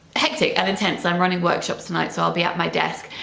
hectic and intense i'm running workshops tonight so i'll be at my desk,